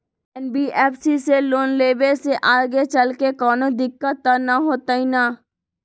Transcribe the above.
NBFC से loan लेबे से आगेचलके कौनो दिक्कत त न होतई न?